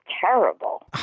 terrible